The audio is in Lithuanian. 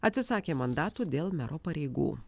atsisakė mandatų dėl mero pareigų